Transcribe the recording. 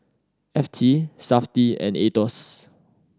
F T Safti and Aetos